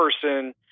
person